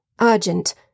Urgent